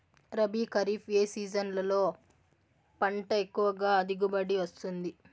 రబీ, ఖరీఫ్ ఏ సీజన్లలో పంట ఎక్కువగా దిగుబడి వస్తుంది